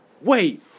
Wait